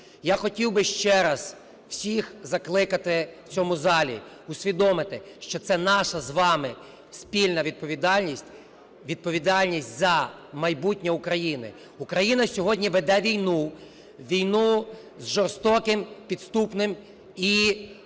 Я хотів би ще раз всіх закликати в цьому залі усвідомити, що це наша з вами спільна відповідальність, відповідальність за майбутнє України. Україна сьогодні веде війну, війну з жорстоким, підступним і